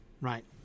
right